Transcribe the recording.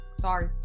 sorry